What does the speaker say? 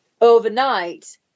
overnight